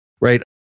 right